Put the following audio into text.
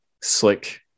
slick